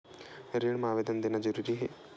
ऋण मा आवेदन देना जरूरी हे?